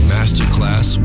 Masterclass